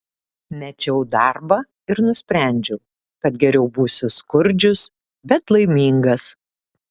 mečiau darbą ir nusprendžiau kad geriau būsiu skurdžius bet laimingas